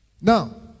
Now